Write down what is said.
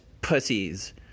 pussies